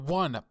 one